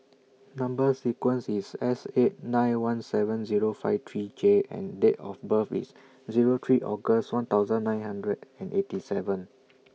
Number sequence IS S eight nine one seven Zero five three J and Date of birth IS Zero three August one thousand nine hundred and eighty seven